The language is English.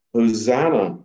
Hosanna